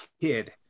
kid